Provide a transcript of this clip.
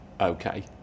Okay